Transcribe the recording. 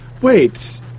Wait